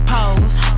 Pose